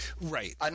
right